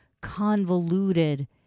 convoluted